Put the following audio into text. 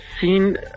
seen